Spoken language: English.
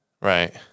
Right